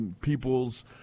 peoples